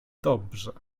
dobrze